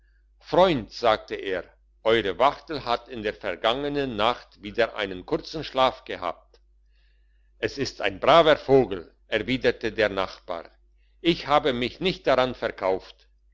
freund sagte er euere wachtel hat in der vergangenen nacht wieder einen kurzen schlaf gehabt es ist ein braver vogel erwiderte der nachbar ich habe mich nicht daran verkauft